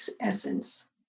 essence